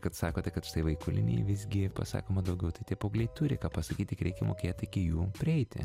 kad sakote kad štai vaikų linijai visgi pasakoma daugiau tai tie paaugliai turi ką pasakyti tik reikia mokėt iki jų prieiti